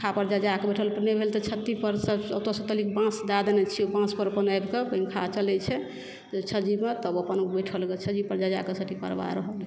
छप्पर पर जा के बैठल नहि भेल त छत्ती पर सॅं ओतयसॅं तनी बाॅंस दय देने छियै ओ बाॅंस पर अपन आइब के पंखा चलै छै छज्जी पर तब अपन बैठल ग छज्जी पर जा जाके परबा रहल